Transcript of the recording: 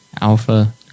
Alpha